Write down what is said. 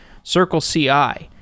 CircleCI